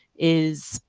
is